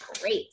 great